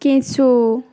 কেঁচো